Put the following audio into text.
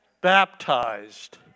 Baptized